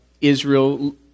Israel